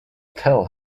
tell